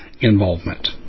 involvement